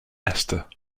esther